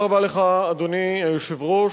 אדוני היושב-ראש,